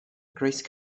grace